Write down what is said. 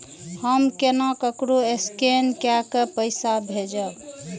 हम केना ककरो स्केने कैके पैसा भेजब?